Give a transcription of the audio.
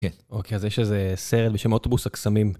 כן. אוקיי, אז יש איזה סרט בשם אוטובוס הקסמים.